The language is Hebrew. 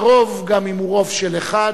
והרוב, גם אם הוא רוב של אחד,